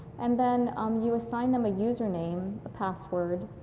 and then um you assign them a user name, the password,